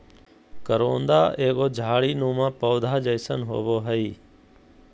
करोंदा एगो झाड़ी नुमा पौधा जैसन होबो हइ